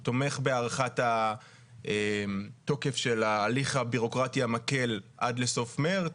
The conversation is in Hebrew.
הוא תומך בהארכת התוקף של ההליך הביורוקרטי המקל עד לסוף מרץ.